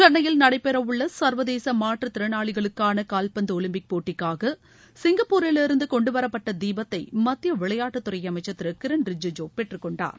சென்னையில் நடைபெறவுள்ள சா்வதேச மாற்றுதிறனாளிகளுக்கான கால்பந்து ஒலிம்பிக் போட்டிக்காக சிங்கப்பூரிலிருந்து கொண்டுவரப்பட்ட தீபத்தை மத்திய விளையாட்டுத்துறை அமைச்சர் திரு கிரண் ரிஜிஜூ பெற்றுக்கொண்டார்